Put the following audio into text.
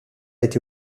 été